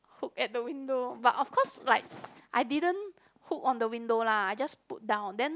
hook at the window but of course like I didn't hook on the window lah I just put down then